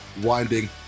winding